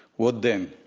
what then?